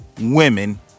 women